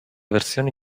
versioni